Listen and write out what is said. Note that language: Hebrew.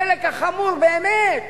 החלק החמור באמת